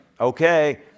Okay